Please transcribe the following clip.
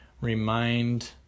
remind